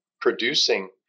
producing